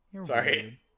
Sorry